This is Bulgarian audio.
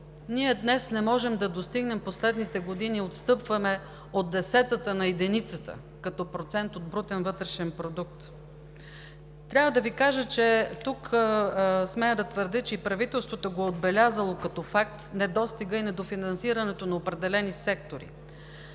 А днес не можем да достигнем последните години и отстъпваме от десетата на единицата като процент от брутния вътрешен продукт. Ще Ви кажа и смея да твърдя, че правителството го е отбелязало като факт – недостигът и недофинансирането на определени сектори,